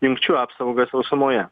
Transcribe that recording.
jungčių apsaugą sausumoje